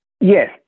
Yes